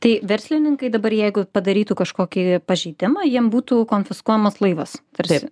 tai verslininkai dabar jeigu padarytų kažkokį pažeidimą jiem būtų konfiskuojamas laivas tarsi